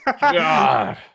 God